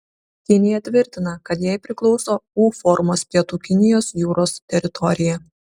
kinija tvirtina kad jai priklauso u formos pietų kinijos jūros teritorija